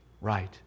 right